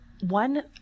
one